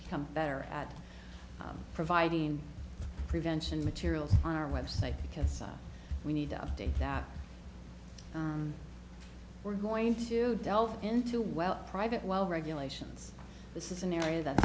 become better at providing prevention materials on our website because we need to update that we're going to delve into well private well regulations this is an area that